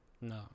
No